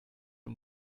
und